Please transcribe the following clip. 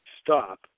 stop